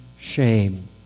Shame